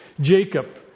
Jacob